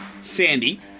Sandy